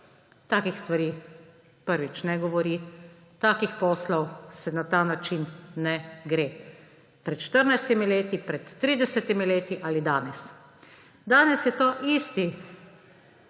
takih stvari ne govori, takih poslov se na ta način ne gre, pred 14 leti, pred 30 leti ali danes. Danes je to isti